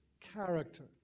character